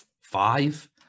five